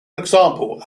example